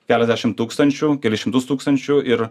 keliasdešimt tūkstančių kelis šimtus tūkstančių ir